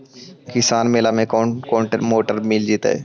किसान मेला में कोन कोन मोटर मिल जैतै?